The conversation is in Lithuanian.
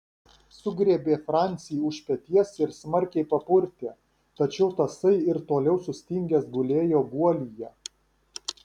sugriebė francį už peties ir smarkiai papurtė tačiau tasai ir toliau sustingęs gulėjo guolyje